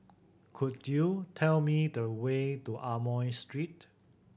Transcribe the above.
could you tell me the way to Amoy Street